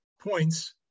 points